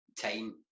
time